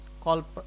call